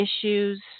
issues